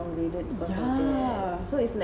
yeah